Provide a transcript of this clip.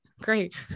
Great